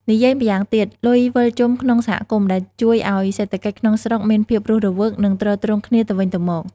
និយាយម្យ៉ាងទៀត លុយវិលជុំក្នុងសហគមន៍ ដែលជួយឲ្យសេដ្ឋកិច្ចក្នុងស្រុកមានភាពរស់រវើក និងទ្រទ្រង់គ្នាទៅវិញទៅមក។